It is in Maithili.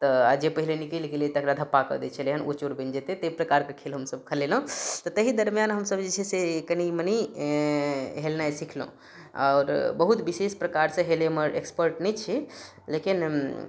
तऽ जे पहिले निकलि गेलै तकरा धप्पा कऽ दइ छलियै हन ओ चोर बनि जेतै तहि प्रकारके खेल हमसब खालेलहुँ तऽ ताहि दरम्यान हम सब जे छै से कनि मनी एँ हेलनाइ सिखलहुँ आओर बहुत विशेष प्रकार से हेलैमे एक्सपर्ट नहि छी लेकिन